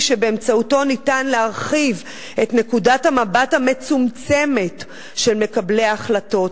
שבאמצעותו ניתן להרחיב את נקודת המבט המצומצמת של מקבלי ההחלטות,